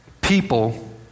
people